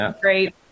great